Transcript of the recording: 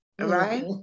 Right